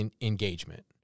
engagement